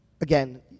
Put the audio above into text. again